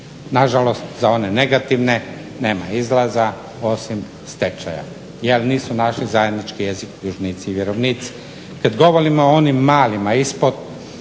Nažalost, za one negativne nema izlaza osim stečaja jer nisu našli zajednički jezik dužnici i vjerovnici. Kad govorimo o onim malima ispod